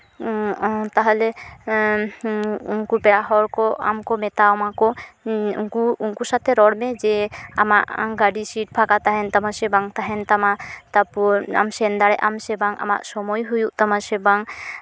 ᱛᱟᱦᱞᱮ ᱩᱱᱠᱩ ᱯᱮᱲᱟ ᱦᱚᱲᱠᱚ ᱟᱢᱠᱚ ᱢᱮᱛᱟᱢᱟᱠᱚ ᱩᱱᱠᱩ ᱥᱟᱛᱮᱜ ᱨᱚᱲᱢᱮ ᱡᱮ ᱟᱢᱟᱜ ᱜᱟᱹᱰᱤ ᱥᱤᱴ ᱯᱷᱟᱸᱠᱟ ᱛᱟᱦᱮᱱ ᱛᱟᱢᱟ ᱥᱮ ᱵᱟᱝ ᱛᱟᱦᱮᱱ ᱛᱟᱢᱟ ᱛᱟᱨᱯᱚᱨ ᱟᱢ ᱥᱮᱱ ᱫᱟᱲᱮᱭᱟᱜ ᱟᱢ ᱥᱮ ᱵᱟᱝ ᱟᱢᱟᱜ ᱥᱚᱢᱚᱭ ᱦᱩᱭᱩᱜ ᱛᱟᱢᱟ ᱥᱮ ᱵᱟᱝ